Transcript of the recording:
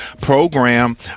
program